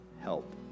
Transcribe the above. help